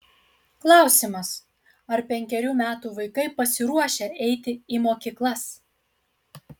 klausimas ar penkerių metų vaikai pasiruošę eiti į mokyklas